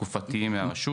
תקופתיים מהרשות.